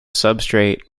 substrate